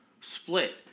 split